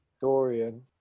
Dorian